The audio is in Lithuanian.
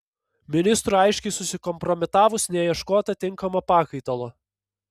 ministrui aiškiai susikompromitavus neieškota tinkamo pakaitalo